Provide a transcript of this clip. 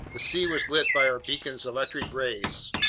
the sea was lit by our beacon's electric rays.